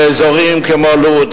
באזורים כמו לוד,